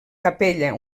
capella